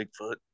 Bigfoot